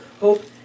Hope